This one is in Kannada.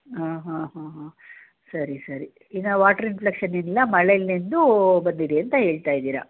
ಹಾಂ ಹಾಂ ಹಾಂ ಹಾಂ ಸರಿ ಸರಿ ಈಗ ವಾಟರ್ ಇನ್ಫ್ಲೆಷನ್ ಏನಿಲ್ಲ ಮಳೇಲಿ ನೆಂದು ಬಂದಿದೆ ಅಂತ ಹೇಳ್ತಾ ಇದ್ದೀರ